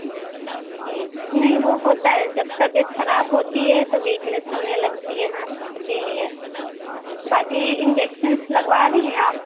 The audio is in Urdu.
جی نہیں وہ ہوتا ہے جب طبیعیت خراب ہوتی ہے تو ویکنیس ہونے لگتی ہے نا اسی لیے باقی انجیکشنس لگوا رہی ہیں آپ